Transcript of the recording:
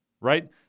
right